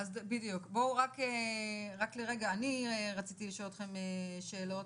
אני רציתי לשאול אתכם שאלות.